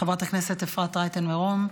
חברת הכנסת אפרת רייטן מרום,